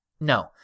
no